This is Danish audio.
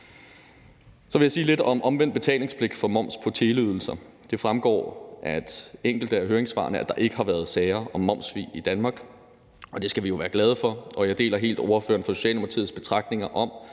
Så vil jeg sige lidt om omvendt betalingspligt for moms på teleydelser. Det fremgår af enkelte af høringssvarene, at der ikke har været sager om momssvig i Danmark, og det skal vi jo være glade for, og jeg deler helt ordføreren for Socialdemokratiets betragtninger om,